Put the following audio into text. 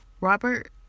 Robert